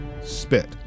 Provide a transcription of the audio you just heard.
spit